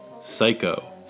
Psycho